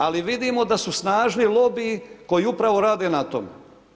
Ali vidimo da su snažni lobiji koji upravo rade na tome.